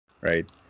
right